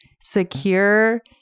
secure